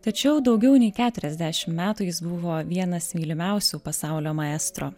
tačiau daugiau nei keturiasdešimt metų jis buvo vienas mylimiausių pasaulio maestro